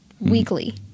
weekly